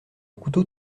couteau